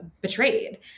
betrayed